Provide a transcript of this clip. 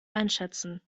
einschätzen